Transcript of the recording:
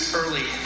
early